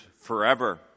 forever